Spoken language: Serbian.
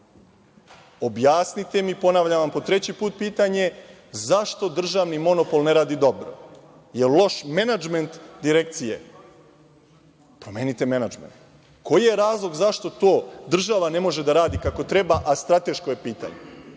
Objasnite mi, ponavljam po treći put pitanje – zašto državni monopol ne radi dobro, jel loš menadžment direkcije? Promenite menadžment. Koji je razlog zašto to država ne može da radi kako treba, a strateško je pitanje?